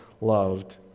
loved